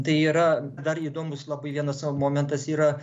tai yra dar įdomus labai vienas momentas yra